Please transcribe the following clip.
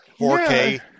4K